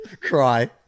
Cry